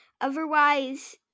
Otherwise